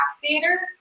Theater